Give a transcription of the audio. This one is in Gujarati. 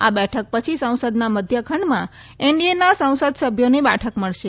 આ બેઠક પછી સંસદના મધ્યખંડમાં એનડીએના સંસદસભ્યોની બેઠક મળશે